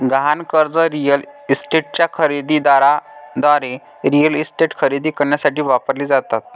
गहाण कर्जे रिअल इस्टेटच्या खरेदी दाराद्वारे रिअल इस्टेट खरेदी करण्यासाठी वापरली जातात